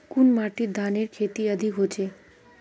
कुन माटित धानेर खेती अधिक होचे?